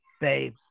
babe